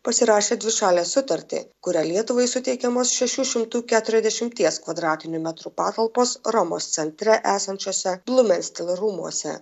pasirašė dvišalę sutartį kuria lietuvai suteikiamos šešių šimtų keturiasdešimties kvadratinių metrų patalpos romos centre esančiuose blumenstilo rūmuose